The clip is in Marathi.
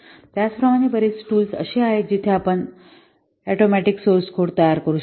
त्याचप्रमाणे बरीच टूल्स अशी आहेत जिथे आपण ऍटोमॅटिक सोर्स कोड तयार करू शकता